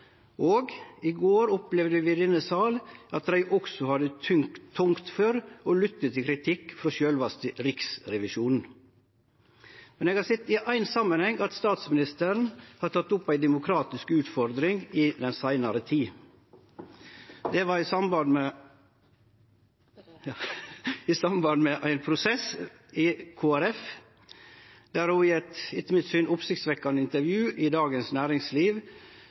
Og i går opplevde vi i denne salen at dei også hadde tungt for å lytte til kritikk frå sjølvaste Riksrevisjonen. Men eg har sett i éin samanheng at statsministeren har teke opp ei demokratisk utfordring i den seinare tida. Det var i samband med ein prosess i Kristeleg Folkeparti, der ho i eit etter mitt syn oppsiktsvekkjande intervju i Dagens Næringsliv